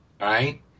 right